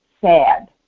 sad